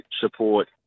support